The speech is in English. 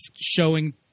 showing